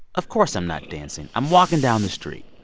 of course i'm not dancing. i'm walking down the street.